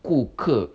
顾客